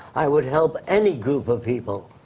i would help any group of people.